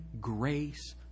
grace